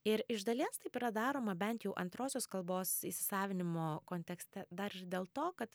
ir iš dalies taip yra daroma bent jų antrosios kalbos įsisavinimo kontekste dar ir dėl to kad